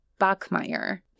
Bachmeyer